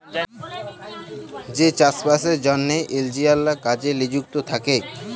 যে চাষ বাসের জ্যনহে ইলজিলিয়াররা কাজে লিযুক্ত থ্যাকে